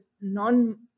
non